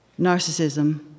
narcissism